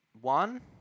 One